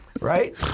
Right